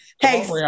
Hey